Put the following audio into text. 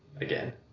again